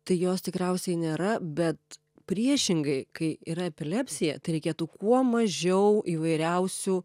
tai jos tikriausiai nėra bet priešingai kai yra epilepsija tai reikėtų kuo mažiau įvairiausių